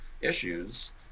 issues